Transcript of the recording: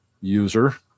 user